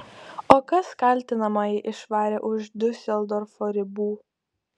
o kas kaltinamąjį išvarė už diuseldorfo ribų